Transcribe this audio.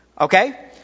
Okay